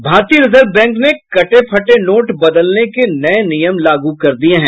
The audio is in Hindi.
भारतीय रिजर्व बैंक ने कटे फटे नोट बदलने के नये नियम लागू कर दिये हैं